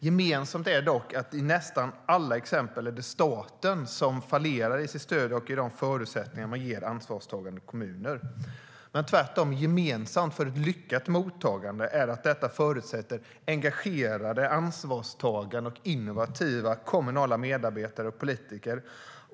Gemensamt är dock att det i nästan alla exempel är staten som fallerar i sitt stöd och i de förutsättningar som man ger ansvarstagande kommuner, när tvärtom gemensamt för ett lyckat mottagande är att detta förutsätter engagerade, ansvarstagande och innovativa kommunala medarbetare och politiker.